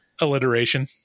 alliteration